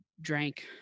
drank